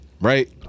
Right